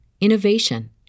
innovation